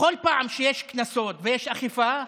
בכל פעם שיש קנסות ויש אכיפה,